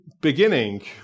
beginning